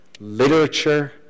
literature